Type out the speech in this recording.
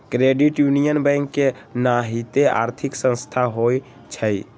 credit union bank के नाहिते आर्थिक संस्था होइ छइ